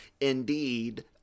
indeed